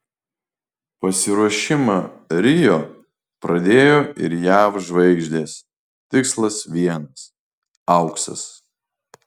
pasiruošimą rio pradėjo ir jav žvaigždės tikslas vienas auksas